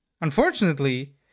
unfortunately